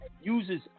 uses